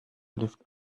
lived